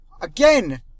Again